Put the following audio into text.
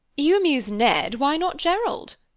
you amuse ned, why not gerald?